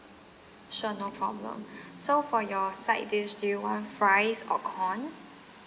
sure no problem so for your side dish do you want fries or corn